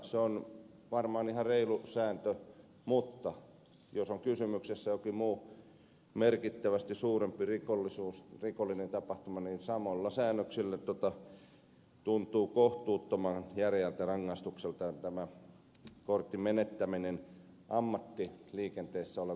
se on varmaan ihan reilu sääntö mutta jos on kysymyksessä jokin muu merkittävästi suurempi rikollinen tapahtuma niin samoilla säännöksillä tuntuu kohtuuttoman järeältä rangaistukselta tämä kortin menettäminen ammattiliikenteessä oleville ihmisille